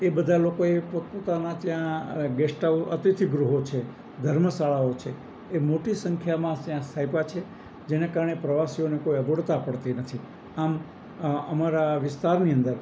એ બધા લોકોએ પોત પોતાના ત્યાં ગેસ્ટ અતિથિ ગૃહો છે ધર્મશાળાઓ છે એ મોટી સંખ્યામાં ત્યાં સ્થાપ્યાં છે જેને કારણે પ્રવાસીઓને કોઈ અગવડતા પડતી નથી આમ અમારા વિસ્તારની અંદર